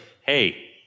hey